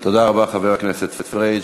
תודה רבה, חבר הכנסת פריג'.